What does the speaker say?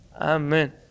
Amen